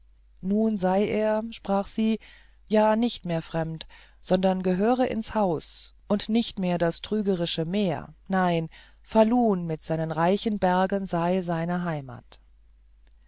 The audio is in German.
nun sei er sprach sie ja nicht mehr fremd sondern gehöre ins haus und nicht mehr das trügerische meer nein falun mit seinen reichen bergen sei seine heimat